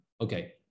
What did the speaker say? Okay